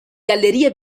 galleria